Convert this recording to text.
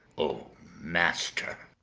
o master